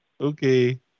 Okay